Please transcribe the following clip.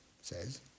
says